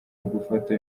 ugufata